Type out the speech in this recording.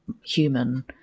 human